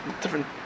different